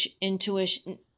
intuition